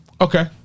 Okay